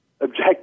objective